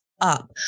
up